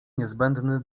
niezbędny